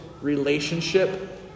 relationship